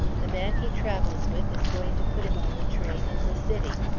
the man he travels with is going to put him on the train in the city.